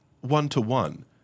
one-to-one